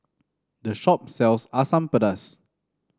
this shop sells Asam Pedas